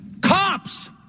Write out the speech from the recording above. Cops